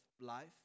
life